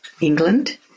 England